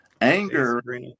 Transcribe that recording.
Anger